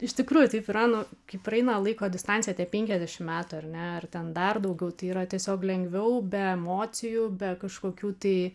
iš tikrųjų taip yra nu kai praeina laiko distancija apie penkiasdešim metų ar ne ar ten dar daugiau tai yra tiesiog lengviau be emocijų be kažkokių tai